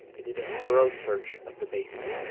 they did a thorough search of the basement